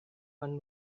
man